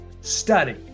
study